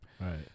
Right